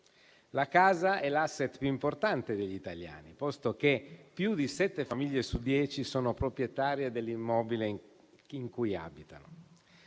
La casa è l'*asset* più importante degli italiani, posto che più di sette famiglie su dieci sono proprietarie dell'immobile in cui abitano.